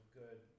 good